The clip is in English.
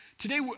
Today